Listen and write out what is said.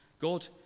God